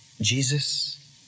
Jesus